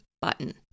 button